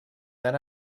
that